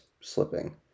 slipping